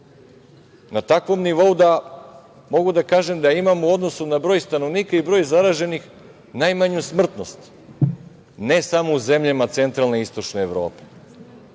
na takvom nivou da mogu da kažem da imamo u odnosu na broj stanovnika i broj zaraženih najmanju smrtnost. Ne samo u zemljama centralne i istočne Evrope,